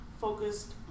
focused